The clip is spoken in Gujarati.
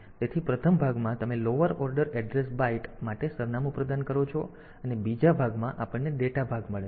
તેથી પ્રથમ ભાગમાં તમે લોઅર ઓર્ડર એડ્રેસ બાઈટ માટે સરનામું પ્રદાન કરો છો અને બીજા ભાગમાં આપણને ડેટા ભાગ મળે છે